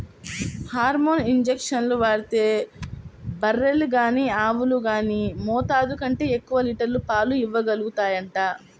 hormone ఇంజక్షన్లు వాడితే బర్రెలు గానీ ఆవులు గానీ మోతాదు కంటే ఎక్కువ లీటర్ల పాలు ఇవ్వగలుగుతాయంట